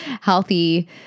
healthy